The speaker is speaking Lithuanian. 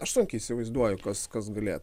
aš sunkiai įsivaizduoju kas kas galėtų